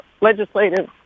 legislative